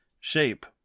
shape